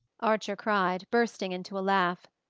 archer cried, bursting into a laugh.